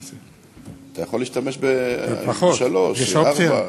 אתה יכול להשתמש בשלוש, ארבע,